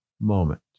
moment